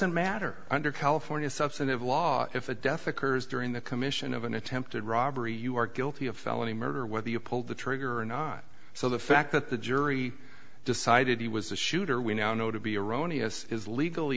t matter under california substantive law if a death occurs during the commission of an attempted robbery you are guilty of felony murder whether you pulled the trigger or not so the fact that the jury decided he was the shooter we now know to be erroneous is legally